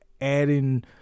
adding